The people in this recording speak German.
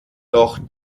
doch